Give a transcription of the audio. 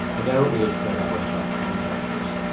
but they don't really care that much about contractors.